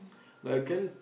like I can